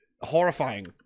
Horrifying